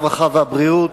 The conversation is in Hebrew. הרווחה והבריאות,